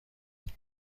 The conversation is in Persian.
این